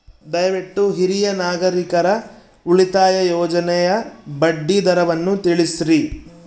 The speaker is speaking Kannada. ದಯವಿಟ್ಟು ಹಿರಿಯ ನಾಗರಿಕರ ಉಳಿತಾಯ ಯೋಜನೆಯ ಬಡ್ಡಿ ದರವನ್ನು ತಿಳಿಸ್ರಿ